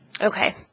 Okay